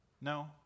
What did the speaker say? no